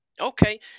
Okay